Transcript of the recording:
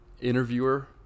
interviewer